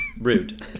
rude